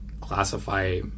classify